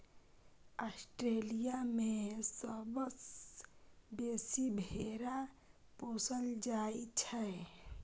Australia मे सबसँ बेसी भेरा पोसल जाइ छै